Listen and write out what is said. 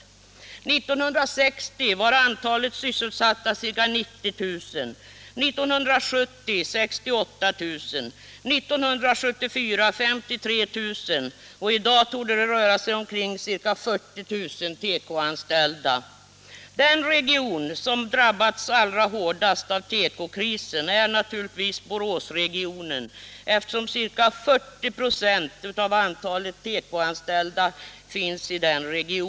År 1960 var antalet sysselsatta i branschen ca 90 000, 1970 68 000, 1974 53 000 och i dag torde det röra sig om ca 40 000. Den region som har drabbats allra hårdast av tekokrisen är naturligtvis Boråsregionen, eftersom ca 40 26 av antalet tekoanställda finns i denna region.